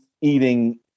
eating